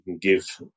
give